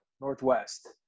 northwest